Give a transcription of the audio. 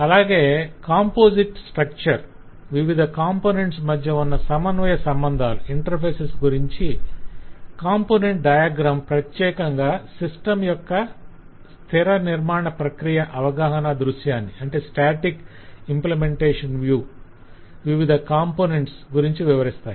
అలాగే composite structure వివిధ components మధ్య ఉన్న సమన్వయ సంబంధాల గురించి కాంపొనెంట్ డయాగ్రం ప్రత్యేకంగా సిస్టమ్ యొక్క స్థిర నిర్మాణ ప్రక్రియ అవగాహనా దృశ్యాన్ని వివిధ కాంపొనెంట్స్ గురించి వివారిస్తాయి